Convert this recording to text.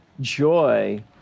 joy